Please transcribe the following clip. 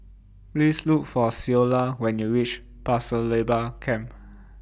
Please Look For Ceola when YOU REACH Pasir Laba Camp